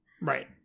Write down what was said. Right